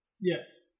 Yes